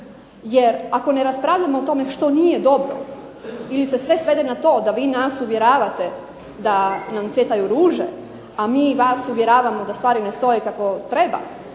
jer ako ne raspravljamo o tome što nije dobro ili se sve svede na to da nas vi uvjeravate da nam cvjetaju ruže, a mi vas uvjeravamo da stvari ne stoje kako treba,